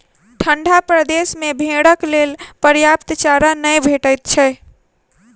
ठंढा प्रदेश मे भेंड़क लेल पर्याप्त चारा नै भेटैत छै